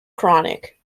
chronic